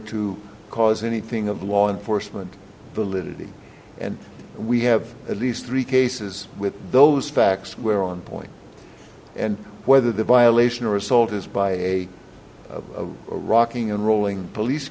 to cause anything of law enforcement political and we have at least three cases with those facts where on point and whether the violation or assault is by a rocking and rolling police